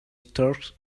storks